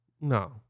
No